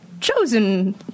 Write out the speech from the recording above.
chosen